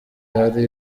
hari